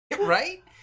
Right